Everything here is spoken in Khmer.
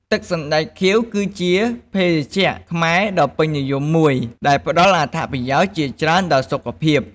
ទឹកសណ្ដែកខៀវ គឺជាភេសជ្ជៈខ្មែរដ៏ពេញនិយមមួយ ដែលផ្តល់អត្ថប្រយោជន៍ជាច្រើនដល់សុខភាព។